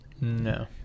No